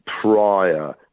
prior